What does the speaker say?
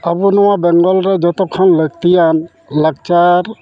ᱟᱵᱚ ᱱᱚᱣᱟ ᱵᱮᱝᱜᱚᱞ ᱨᱮ ᱡᱚᱛᱚ ᱠᱷᱚᱱ ᱞᱟᱹᱠᱛᱤᱭᱟᱱ ᱞᱟᱠᱪᱟᱨ